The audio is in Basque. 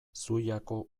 zuiako